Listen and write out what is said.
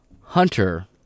Hunter